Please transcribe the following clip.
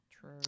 True